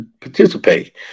participate